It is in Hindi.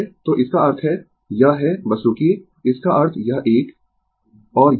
तो इसका अर्थ है यह है बस रूकिये इसका अर्थ यह एक